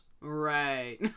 Right